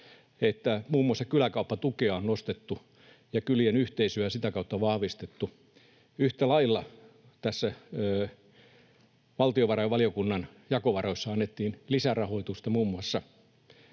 että muun muassa kyläkauppatukea on nostettu ja kylien yhteisöä sitä kautta vahvistettu. Yhtä lailla valtiovarainvaliokunnan jakovaroissa annettiin lisärahoitusta muun muassa